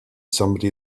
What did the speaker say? somebody